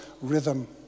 rhythm